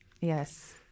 Yes